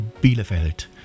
Bielefeld